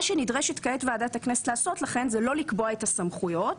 לכן מה שנדרשת כעת ועדת הכנסת לעשות זה לא לקבוע את הסמכויות,